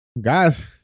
Guys